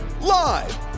Live